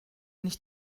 nicht